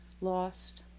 lost